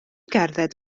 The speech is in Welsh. gerdded